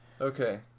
Okay